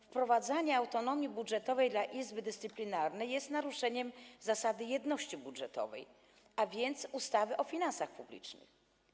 Wprowadzanie autonomii budżetowej dla Izby Dyscyplinarnej jest naruszeniem zasady jedności budżetowej, a więc ustawy o finansach publicznych.